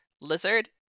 lizard